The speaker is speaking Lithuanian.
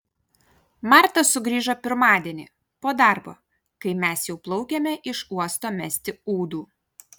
marta sugrįžo pirmadienį po darbo kai mes jau plaukėme iš uosto mesti ūdų